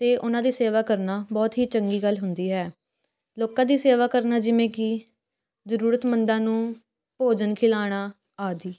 ਅਤੇ ਉਹਨਾਂ ਦੀ ਸੇਵਾ ਕਰਨਾ ਬਹੁਤ ਹੀ ਚੰਗੀ ਗੱਲ ਹੁੰਦੀ ਹੈ ਲੋਕਾਂ ਦੀ ਸੇਵਾ ਕਰਨਾ ਜਿਵੇਂ ਕਿ ਜ਼ਰੂਰਤਮੰਦਾ ਨੂੰ ਭੋਜਨ ਖਿਲਾਉਣਾ ਆਦਿ